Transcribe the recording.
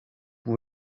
vous